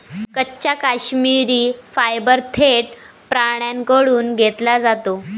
कच्चा काश्मिरी फायबर थेट प्राण्यांकडून घेतला जातो